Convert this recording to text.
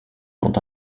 sont